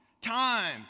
time